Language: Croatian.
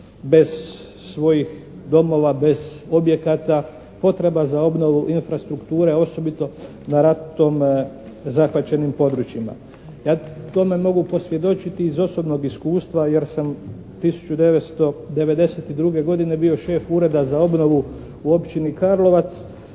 bez svojih domova, bez objekata, potreba za obnovu infrastrukture osobito na ratom zahvaćenim područjima. Ja tome mogu posvjedočiti iz osobnog iskustva jer sam 1992. godine bio šef Ureda za obnovu u Općini Karlovac